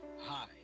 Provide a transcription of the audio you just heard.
Hi